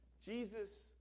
Jesus